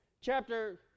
Chapter